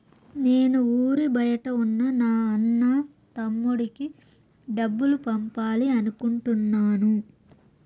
నేను ఊరి బయట ఉన్న నా అన్న, తమ్ముడికి డబ్బులు పంపాలి అనుకుంటున్నాను